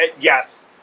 Yes